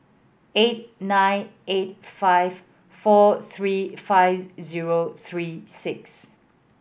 eight nine eight five four three five zero three six